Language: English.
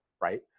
right